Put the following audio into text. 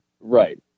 Right